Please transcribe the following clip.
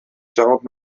charente